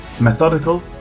methodical